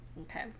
okay